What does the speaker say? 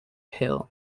hill